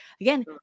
again